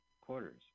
quarters